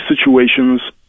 situations